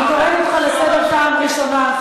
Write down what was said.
אני קוראת אותך לסדר פעם ראשונה.